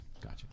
gotcha